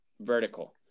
vertical